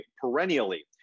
perennially